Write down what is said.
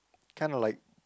kind of like